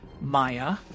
Maya